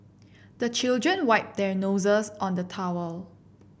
the children wipe their noses on the towel